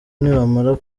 nibamara